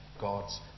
God's